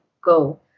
go